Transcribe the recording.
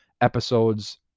episodes